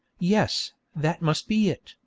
yes, that must be it,